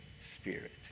Spirit